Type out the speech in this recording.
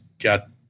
got